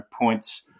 points